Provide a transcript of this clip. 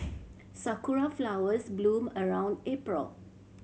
sakura flowers bloom around April